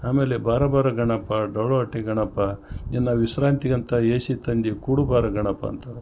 ಆಮೇಲೆ ಬಾರೋ ಬಾರೋ ಗಣಪ ಡೊಳ್ಳು ಹೊಟ್ಟೆ ಗಣಪ ನಿನ್ನ ವಿಶ್ರಾಂತಿಗಂತ ಎ ಸಿ ತಂದೀವಿ ಕೂಡು ಬಾರೋ ಗಣಪ ಅಂತ